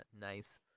nice